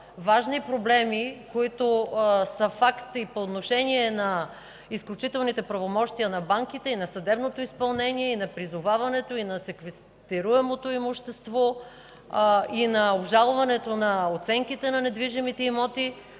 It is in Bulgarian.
важни проблеми, които са факт и по отношение на изключителните правомощия на банките, и на съдебното изпълнение, и на призоваването, и на секвестируемото имущество, и на обжалването на оценките на недвижимите имоти.